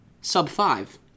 sub-five